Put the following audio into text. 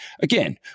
again